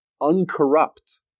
uncorrupt